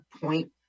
point